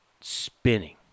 spinning